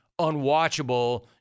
unwatchable